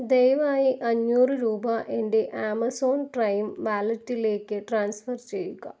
ദയവായി അഞ്ഞൂറ് രൂപ എൻ്റെ ആമസോൺ പ്രൈം വാലറ്റിലേക്ക് ട്രാൻസ്ഫർ ചെയ്യുക